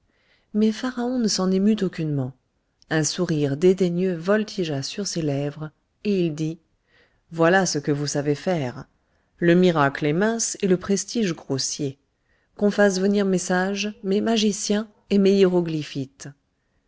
mais pharaon ne s'en émut aucunement un sourire dédaigneux voltigea sur ses lèvres et il dit voilà ce que vous savez faire le miracle est mince et le prestige grossier qu'on fasse venir mes sages mes magiciens et mes hiéroglyphites